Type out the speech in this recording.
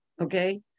Okay